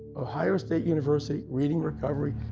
ohio state university, reading recovery.